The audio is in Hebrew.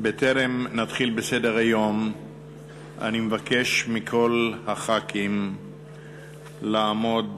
בטרם נתחיל בסדר-היום אני מבקש מכל חברי-הכנסת לעמוד